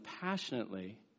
passionately